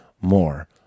more